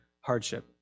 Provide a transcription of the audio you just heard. hardship